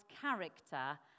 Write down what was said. character